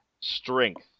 strength